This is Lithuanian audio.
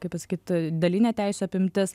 kaip pasakyt dalinė teisių apimtis